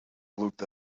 looked